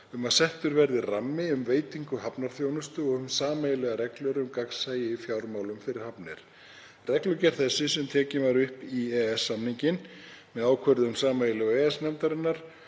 um að settur verði rammi um veitingu hafnarþjónustu og um sameiginlegar reglur um gagnsæi í fjármálum fyrir hafnir. Reglugerð þessi, sem tekin var upp í EES-samninginn með ákvörðun sameiginlegu EES-nefndarinnar